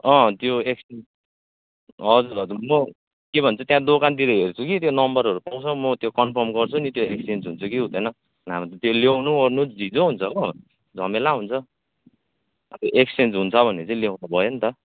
अँ त्यो एक्सचेन्ज हजुर हजुर म के भन्छ त्यहाँ दोकानतिर हेर्छु कि त्यो नम्बरहरू पाउँछ म कन्फर्म गर्छु नि त्यहाँ एक्सचेन्ज हुन्छ कि हुँदैन नभए त्यो ल्याउनुहोर्नु झिँजो हुन्छ हो झमेला हुन्छ अब एक्सचेन्ज हुन्छ भने चाहिँ ल्याउँदा भयो नि त